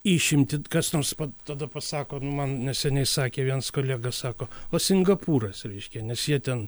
išimtį kas nors tada pasako nu man neseniai sakė viens kolega sako o singapūras reiškia nes jie ten